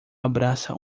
abraça